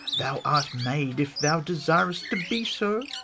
thou art made, if thou desir'st to be so